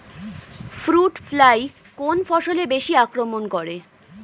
Fruit fly কোন ফসলে বেশি আক্রমন করে?